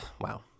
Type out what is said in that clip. wow